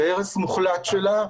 זה הרס מוחלט שלה.